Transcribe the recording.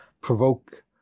provoke